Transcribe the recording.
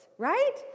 right